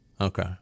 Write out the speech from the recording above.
Okay